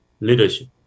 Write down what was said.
leadership